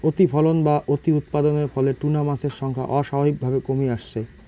অতিফলন বা অতিউৎপাদনের ফলে টুনা মাছের সংখ্যা অস্বাভাবিকভাবে কমি আসছে